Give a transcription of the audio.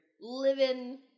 living